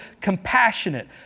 compassionate